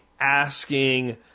asking